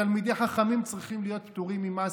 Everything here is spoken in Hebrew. ותלמידי חכמים צריכים להיות פטורים ממס,